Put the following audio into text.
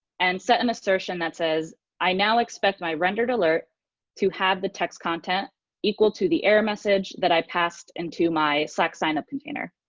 and set an assertion that says i now expect my rendered alert to have the text content equal to the error message that i passed into my my slack sign-up container.